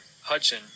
Hudson